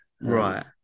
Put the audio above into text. right